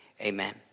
amen